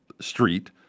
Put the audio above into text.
street